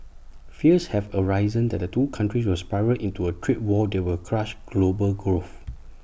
fears have arisen that the two countries will spiral into A trade war that will crush global growth